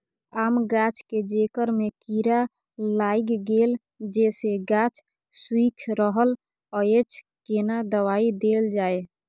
आम गाछ के जेकर में कीरा लाईग गेल जेसे गाछ सुइख रहल अएछ केना दवाई देल जाए?